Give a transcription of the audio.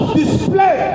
display